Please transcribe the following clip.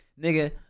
Nigga